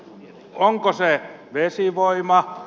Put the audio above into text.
onko se vesivoima